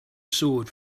sword